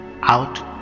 out